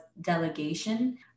delegation